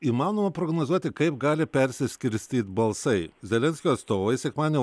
įmanoma prognozuoti kaip gali persiskirstyt balsai zelenskio atstovai sekmadienio